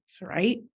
right